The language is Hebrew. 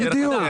נקודה.